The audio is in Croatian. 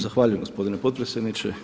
Zahvaljujem gospodine potpredsjedniče.